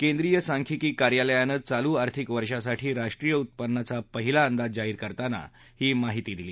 केंद्रीय सांख्यिकी कार्यालयानं चालू आर्थिक वर्षासाठी राष्ट्रीय उत्पन्नाचा पहिला अंदाज जाहीर करताना ही माहिती दिली